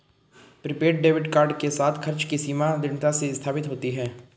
prepaid debit card के साथ, खर्च की सीमा दृढ़ता से स्थापित होती है